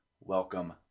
welcome